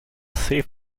safe